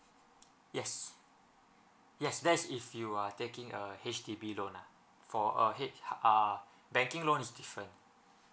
yes yes that's if you are taking a H_D_B loan lah for a H uh banking loan is different